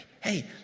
Hey